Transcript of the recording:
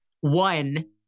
one